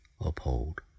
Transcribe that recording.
uphold